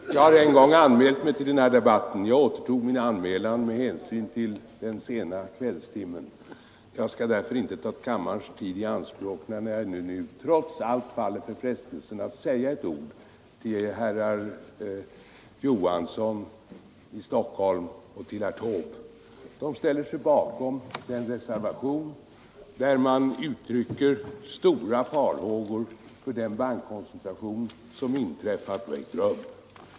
Herr talman! Jag har en gång anmält mig till den här debatten. Jag återtog min anmälan med hänsyn till den sena kvällstimmen. Jag skall därför inte ta mycket av kammarens tid i anspråk, men jag faller nu trots allt för frestelsen att säga några ord till herrar Olof Johansson i Stockholm och Taube. De ställer sig bakom den reservation där det uttrycks stora farhågor för den bankkoncentration som inträffat.